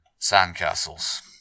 Sandcastles